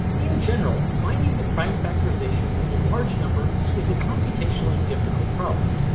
in general finding the prime factorization of a large number is a computationally difficult problem.